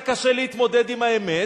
זה קשה להתמודד עם האמת.